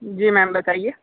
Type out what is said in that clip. जी ma'am बताइए